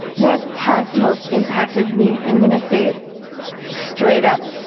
what has most impacted me? i'm going to say it straight-up,